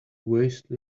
waste